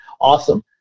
Awesome